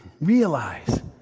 realize